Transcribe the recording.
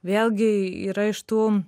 vėlgi yra iš tų